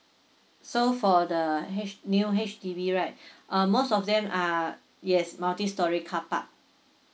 so for the H new H_D_B right um most of them are yes multi storey carpark